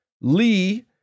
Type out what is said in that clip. Lee